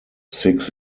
six